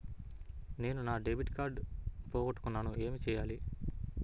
నేను నా debit card పోగొట్టుకున్నాను ఏమి చేయాలి?